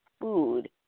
food